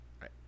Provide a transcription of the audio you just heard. right